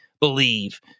believe